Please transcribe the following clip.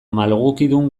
malgukidun